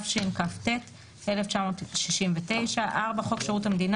התשכ"ט 1969‏‏; (4)חוק שירות המדינה